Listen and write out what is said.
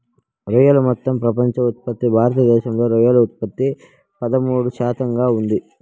రొయ్యలు మొత్తం ప్రపంచ ఉత్పత్తిలో భారతదేశంలో రొయ్యల ఉత్పత్తి పదమూడు శాతంగా ఉంది